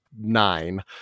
nine